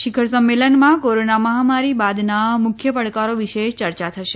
શિખર સંમેલનમાં કોરોના માહમારી બાદના મુખ્ય પડકારો વિશે ચર્ચા થશે